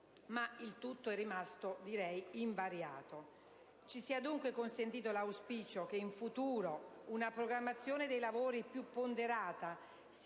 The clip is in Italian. poiché tutto è rimasto invariato. Ci sia dunque consentito esprimere l'auspicio che in futuro una programmazione dei lavori più ponderata si